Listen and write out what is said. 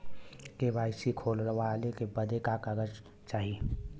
KYC खोलवावे बदे का का कागज चाही?